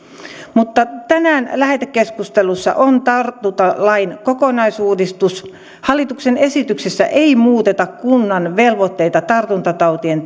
mutta tänään lähetekeskustelussa on tartuntatautilain kokonaisuudistus hallituksen esityksessä ei muuteta kunnan velvoitteita tartuntatautien